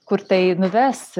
kur tai nuves